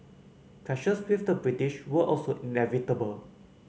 clashes with the British were also inevitable